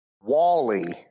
Wally